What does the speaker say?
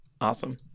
Awesome